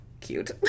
cute